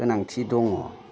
गोनांथि दङ